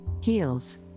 heels